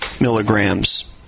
milligrams